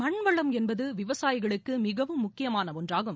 மண்வளம் என்பது விவசாயிகளுக்கு மிகவும் முக்கியமான ஒன்றாகும்